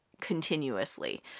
continuously